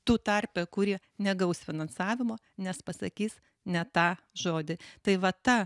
tų tarpe kurie negaus finansavimo nes pasakys ne tą žodį tai va ta